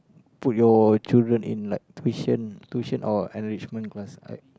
put your children in like tuition tuition or enrichment class I